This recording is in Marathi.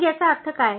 मग याचा अर्थ काय